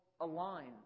align